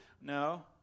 No